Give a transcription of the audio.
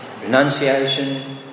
renunciation